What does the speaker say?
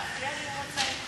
להפריע לי הוא רוצה?